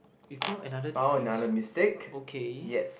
we found another difference okay